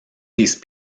these